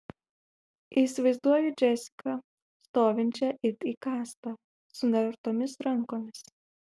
įsivaizduoju džesiką stovinčią it įkastą sunertomis rankomis